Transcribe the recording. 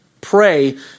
pray